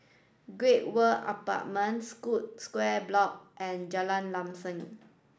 Great World Apartments Scotts School Square Block and Jalan Lam Sam